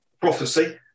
Prophecy